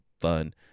fun